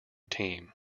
team